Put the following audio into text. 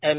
M